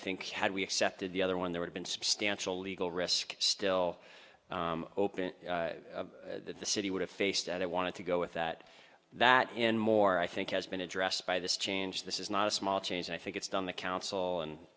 think had we accepted the other one there had been substantial legal risk still open that the city would have faced that it wanted to go with that that in more i think has been addressed by this change this is not a small change and i think it's done the council and